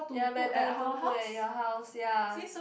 ya better don't put at your house ya